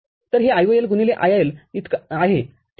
तर हे IOL गुणिले IIL आहे ठीक आहे